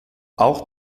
auch